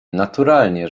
naturalnie